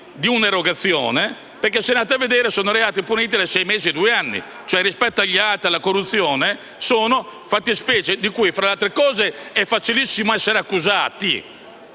di una erogazione, perché, se andate a vedere, sono reati puniti con pene da sei mesi a due anni. Cioè, rispetto ai reati di corruzione, sono fattispecie di cui, fra le altre cose, è facilissimo essere accusati.